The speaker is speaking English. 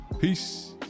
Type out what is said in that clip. peace